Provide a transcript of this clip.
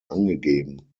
angegeben